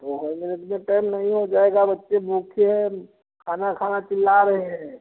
दो ही मिनट में टाइम नहीं हो जाएगा बच्चे भूखे हैं खाना खाना चिल्ला रहे हैं